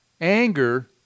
anger